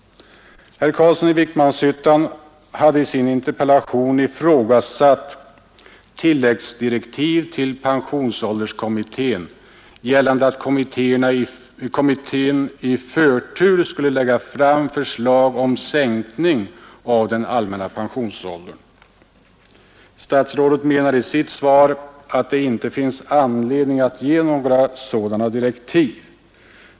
Herr Carlsson i Vikmanshyttan hade i sin interpellation ifrågasatt tilläggsdirektiv till pensionsålderskommittén, gällande att kommittén i förtur skulle lägga fram förslag om sänkning av den allmänna pensionsåldern. Statsrådet menar i sitt svar att det inte finns anledning att ge några sådana direktiv.